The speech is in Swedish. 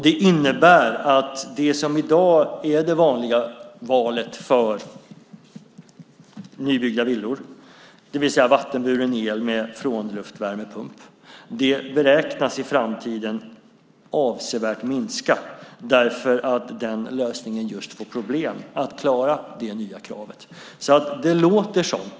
Det innebär att det som i dag är det vanliga valet för nybyggda villor - det vill säga vattenburen el med frånluftsvärmepump - i framtiden beräknas minska avsevärt. Den lösningen får problem att klara det nya kravet.